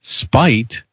spite